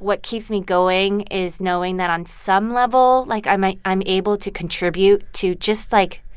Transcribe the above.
what keeps me going is knowing that on some level, like, i might i'm able to contribute to just, like,